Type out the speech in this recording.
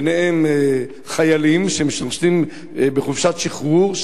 ובהם חיילים שנמצאים בחופשת שחרור,